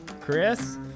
Chris